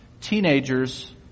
teenagers